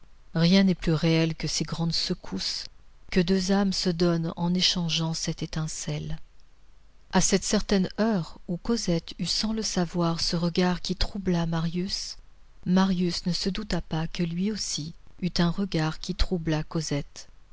rien n'est plus réel que ces grandes secousses que deux âmes se donnent en échangeant cette étincelle à cette certaine heure où cosette eut sans le savoir ce regard qui troubla marius marius ne se douta pas que lui aussi eut un regard qui troubla cosette